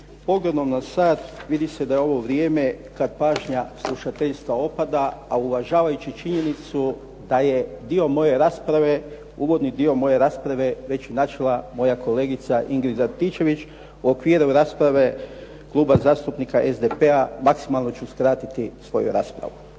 Pogledom na sat vidi se da je ovo vrijeme kad pažnja slušateljstva opada, a uvažavajući činjenicu da je dio moje rasprave već načela moja kolegica Ingrid Antičević u okviru rasprave kluba zastupnika SDP-a maksimalno ću skratiti svoju raspravu.